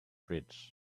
bridge